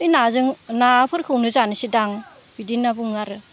बै नाजों नाफोरखौनो जानोसैदां बिदि होनना बुङो आरो